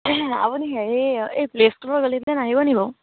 আপুনি হেৰি এই প্লেছটোৰ